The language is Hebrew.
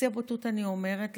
בשיא הבוטות אני אומרת,